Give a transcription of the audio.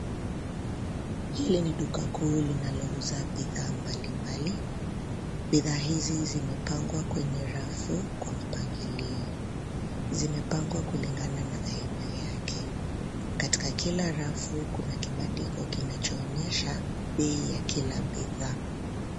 Ile ni duka kuu linalouza bidhaa mbalimbali. Bidhaa hizi zimepangwa kwenye rafu kwa mpangilio. Zimepangwa kulingana na aina yake. Katika kila rafu kuna kibandiko kinachoonyesha bei ya kila bidhaa.